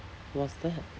what's that